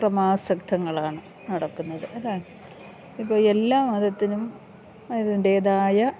പ്രമാസക്തങ്ങളാണ് നടക്കുന്നത് അല്ല ഇപ്പം എല്ലാ മതത്തിനും അതിൻ്റേതായ